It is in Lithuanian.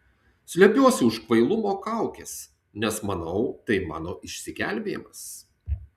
slepiuosi už kvailumo kaukės nes manau tai mano išsigelbėjimas